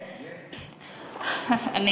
יהיה.